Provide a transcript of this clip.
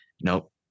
nope